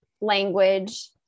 language